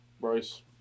Bryce